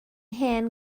hen